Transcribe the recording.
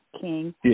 King